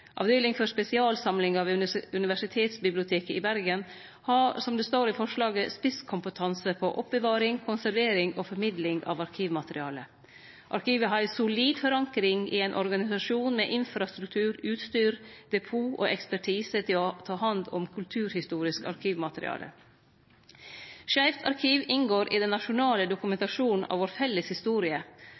Avdeling for spesialsamlingar ved Universitetsbiblioteket i Bergen har, som det står i forslaget, «spisskompetanse på oppbevaring, konservering og formidling av arkivmateriale». Arkivet har ei solid forankring i ein organisasjon med infrastruktur, utstyr, depot og ekspertise til å ta hand om kulturhistorisk arkivmateriale. Skeivt arkiv inngår i den nasjonale dokumentasjonen av vår felles historie,